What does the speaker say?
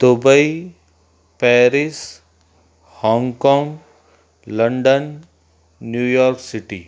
Dubai Paris Hong Kong London New York city